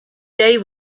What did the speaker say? day